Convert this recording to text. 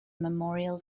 memorial